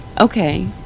Okay